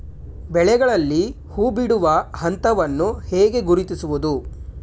ಬೆಳೆಗಳಲ್ಲಿ ಹೂಬಿಡುವ ಹಂತವನ್ನು ಹೇಗೆ ಗುರುತಿಸುವುದು?